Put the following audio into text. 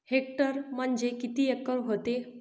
Hectare म्हणजे किती acre व्हते?